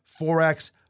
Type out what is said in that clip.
Forex